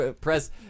press